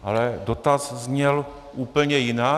Ale dotaz zněl úplně jinak.